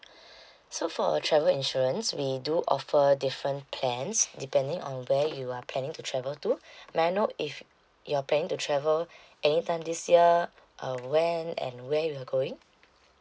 so for a travel insurance we do offer different plans depending on where you are planning to travel to may I know if you're planning to travel anytime this year uh when and where you are going